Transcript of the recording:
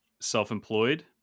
self-employed